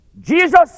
Jesus